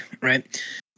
right